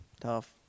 Tough